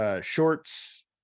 shorts